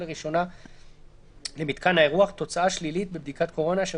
לראשונה למיתקן האירוח תוצאה שלילית בבדיקת קורונה אשר